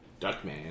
Duckman